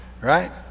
right